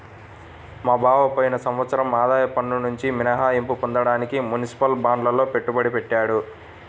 మా బావ పోయిన సంవత్సరం ఆదాయ పన్నునుంచి మినహాయింపు పొందడానికి మునిసిపల్ బాండ్లల్లో పెట్టుబడి పెట్టాడు